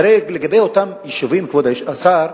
הרי לגבי אותם יישובים, כבוד השר,